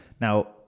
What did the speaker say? Now